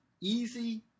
easy